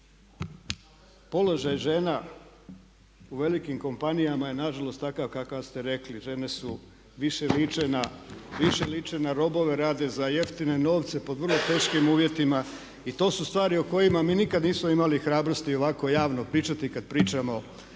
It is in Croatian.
položaj žena u velikim kompanijama je nažalost takav kako ste rekli. Žene su, više liče na robove, rade za jeftine novce pod vrlo teškim uvjetima i to su stvari o kojima mi nikada nismo imali hrabrosti ovako javno pričati kada pričamo